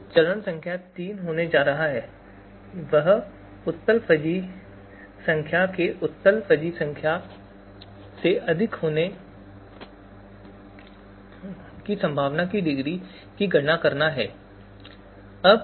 तो चरण संख्या 3 जो किया जाना है वह उत्तल फजी संख्या के उत्तल फजी संख्या से अधिक होने की संभावना की डिग्री की गणना करना है